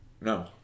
no